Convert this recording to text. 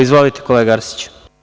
Izvolite, kolega Arsiću.